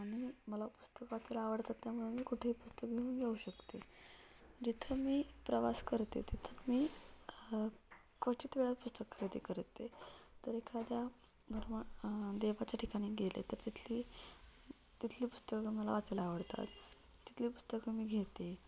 आणि मला पुस्तकं वाचायला आवडतात त्यामुळे मी कुठेही पुस्तकं घेऊन घेऊ शकते जिथं मी प्रवास करते तिथून मी क्वचित वेळा पुस्तक खरेदी करते तर एखाद्या धर्मा देवाच्या ठिकाणी गेले तर तिथली तिथली पुस्तकं मला वाचायला आवडतात तिथली पुस्तकं मी घेते